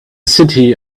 city